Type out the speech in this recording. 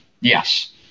Yes